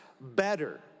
better